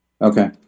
Okay